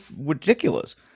ridiculous